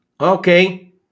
Okay